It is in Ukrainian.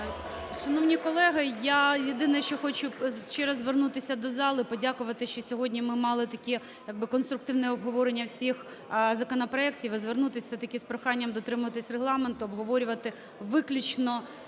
Шановні колеги! Я єдине що хочу ще раз звернутися до зали і подякувати, що сьогодні ми мали таке, як би конструктивне обговорення всіх законопроектів. І звернутись все-таки з проханням дотримуватись Регламенту, обговорювати виключно